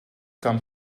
come